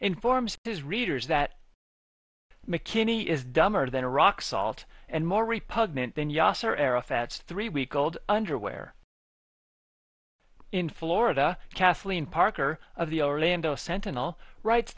informs his readers that mckinney is dumber than a rock salt and more repugnant than yasser arafat's three week old underwear in florida kathleen parker of the orlando sentinel wri